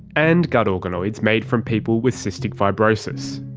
and gut organoids made from people with cystic fibrosis.